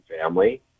family